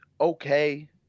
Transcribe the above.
okay